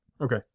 Okay